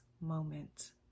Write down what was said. moment